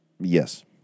yes